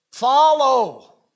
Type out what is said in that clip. Follow